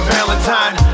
Valentine